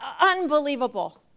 unbelievable